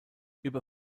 über